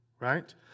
Right